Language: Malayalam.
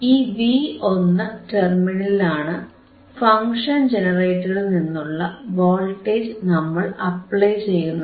ഈ V1 ടെർമിനലിലാണ് ഫങ്ഷൻ ജനറേറ്ററിൽനിന്നുള്ള വോൾട്ടേജ് നമ്മൾ അപ്ലൈ ചെയ്യുന്നത്